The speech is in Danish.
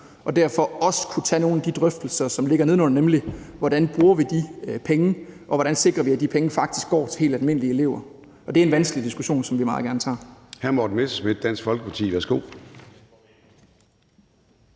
og derfor også kunne tage nogle af de drøftelser, som ligger nedenunder, nemlig hvordan vi bruger de penge, og hvordan vi sikrer, at de penge faktisk går til helt almindelige elever. Det er en vanskelig diskussion, som vi meget gerne tager.